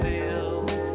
Fields